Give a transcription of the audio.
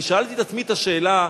אני שאלתי את עצמי את השאלה,